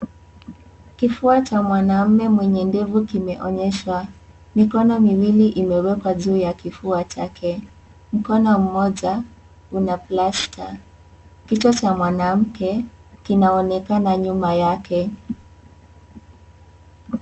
Kifua cha mwanamme mwenye ndevu kimeonyeshwa. Mikono miwili imewekwa juu ya kifua chake, mkono moja kuna (CS)plaster(CS ). Kichwa cha mwanamke kinaonekana nyuma yake.